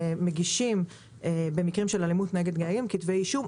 מגישים במקרים של אלימות נגד נהגים כתבי אישום